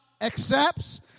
accepts